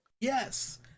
Yes